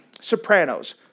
sopranos